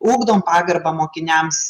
ugdom pagarbą mokiniams